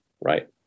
right